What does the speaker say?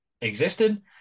existed